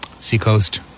Seacoast